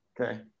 Okay